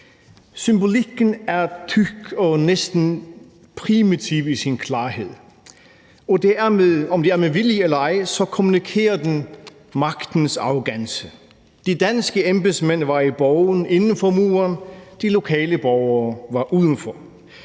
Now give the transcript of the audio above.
Symbolikken er tyk og næsten primitiv i sin klarhed, og om det er med vilje eller ej, så kommunikerer den magtens arrogance. De danske embedsmænd var i borgen inden for muren; de lokale borgere var udenfor.